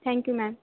thank you ma'am